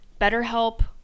BetterHelp